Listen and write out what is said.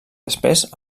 després